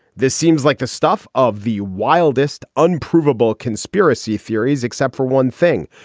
this seems like the stuff of the wildest unprovable conspiracy theories, except for one thing,